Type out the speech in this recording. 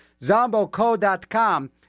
ZomboCo.com